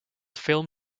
film